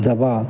दवा